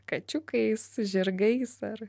kačiukais žirgais ar